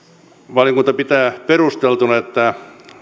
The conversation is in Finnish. valiokunta pitää perusteltuna että